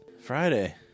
Friday